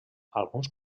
alguns